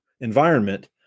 environment